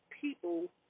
people